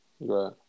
right